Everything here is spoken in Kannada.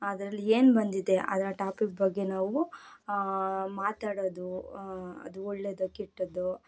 ಅದರಲ್ಲಿ ಏನು ಬಂದಿದೆ ಅದ್ರಲ್ಲಿ ಟಾಪಿಕ್ ಬಗ್ಗೆ ನಾವು ಮಾತಾಡೋದು ಅದು ಒಳ್ಳೆಯದೋ ಕೆಟ್ಟದ್ದೋ